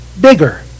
bigger